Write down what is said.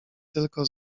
tylko